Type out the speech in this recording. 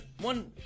one